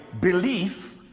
belief